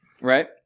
right